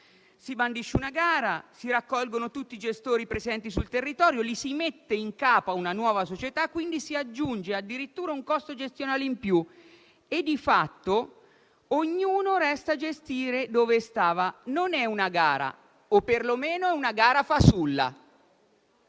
Si bandisce una gara, si raccolgono tutti i gestori presenti sul territorio, li si mette in capo a una nuova società, quindi si aggiunge addirittura un costo gestionale in più, e di fatto ognuno resta a gestire dove stava. Non è una gara, o perlomeno è una gara fasulla,